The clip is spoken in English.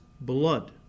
blood